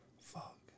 Fuck